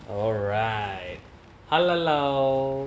alright hello